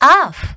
off